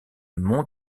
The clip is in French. mont